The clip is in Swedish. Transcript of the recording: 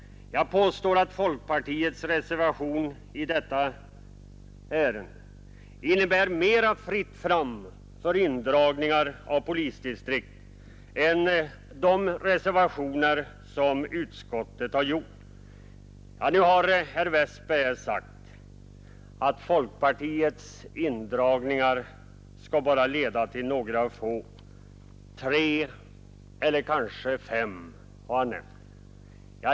Jag påstår att folkpartiets reservation i detta ärende innebär mer ”Tfritt fram” för indragningar av polisdistrikt än utskottets förslag. Herr Westberg i Ljusdal har sagt att folkpartiets förslag bara kan leda till några få indragningar — tre eller kanske fem.